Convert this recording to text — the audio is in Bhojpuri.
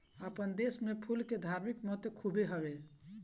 आपन देस में फूल के धार्मिक महत्व खुबे हवे